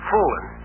Fooling